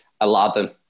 Aladdin